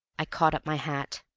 i caught up my hat.